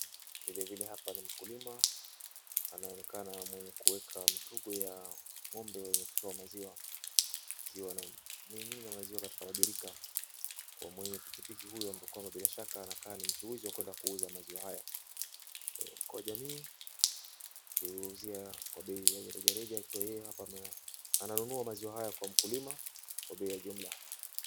Vilevile hapa ni mkulima anaonekana mwenye kuweka mifugo ya ng'ombe yenye kutoa maziwa akiwa anamimina maziwa katika mabirika kwa mwenye pikipiki huyu ambaye bila shaka anakaa ni mchuuzi wa kwenda kuuza maziwa haya, kwa jamii akiuuzia kwa bei rejareja akiwa yeye hapa ananunua maziwa haya kwa mkulima kwa bei ya jumla.